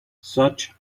such